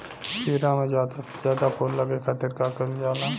खीरा मे ज्यादा से ज्यादा फूल लगे खातीर का कईल जाला?